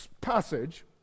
passage